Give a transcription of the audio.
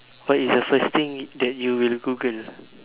what is the first thing that you will Google